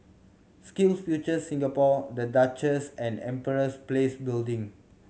SkillsFuture Singapore The Duchess and Empress Place Building